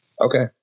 Okay